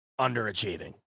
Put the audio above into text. underachieving